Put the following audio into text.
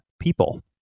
people